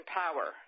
power